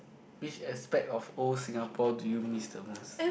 which aspect of old Singapore do you miss the most